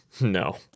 No